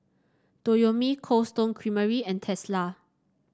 Toyomi Cold Stone Creamery and Tesla